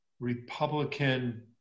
Republican